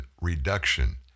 Reduction